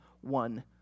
one